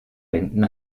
wänden